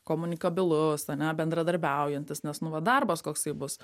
komunikabilus ane bendradarbiaujantis nes nu va darbas koksai bus